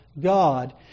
God